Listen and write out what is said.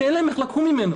שאין להם איך לקום ממנו.